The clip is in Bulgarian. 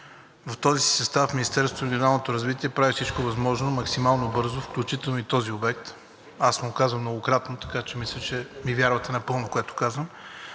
в този си състав Министерството на регионалното развитие прави всичко възможно максимално бързо, включително и за този обект. Аз съм го казвал многократно, така че мисля, че ми вярвате напълно, което казвам,